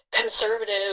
conservative